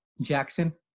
Jackson